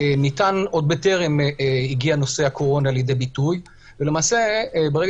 ניתן עוד בטרם הגיעה הקורונה לידי ביטוי ולמעשה ברגע